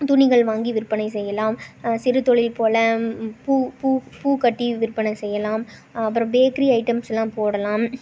துணிகள் வாங்கி விற்பனை செய்யலாம் சிறுதொழில் போல பூ பூ பூக்கட்டி விற்பனை செய்யலாம் அப்புறம் பேக்கிரி ஐட்டம்ஸ் எல்லாம் போடலாம்